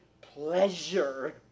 pleasure